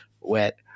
wet